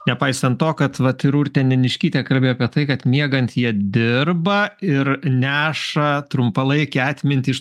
nepaisant to kad vat ir urtė neniškytė kalbėjo apie tai kad miegant jie dirba ir neša trumpalaikę atmintį iš